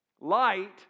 light